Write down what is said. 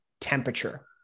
temperature